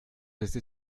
resté